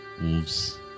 wolves